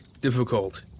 difficult